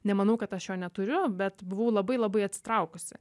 nemanau kad aš jo neturiu bet buvau labai labai atsitraukusi